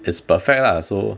is perfect lah so